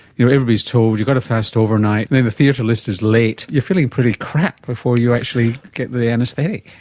you know, everybody is told you've got to fast overnight, and then the theatre list is late, you are feeling pretty crap before you actually get the anaesthetic.